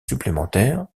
supplémentaire